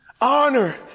Honor